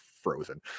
frozen